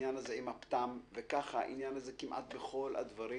העניין עם הפטם, וכך העניין הזה כמעט בכל הדברים